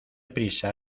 prisa